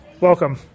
Welcome